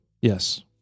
Yes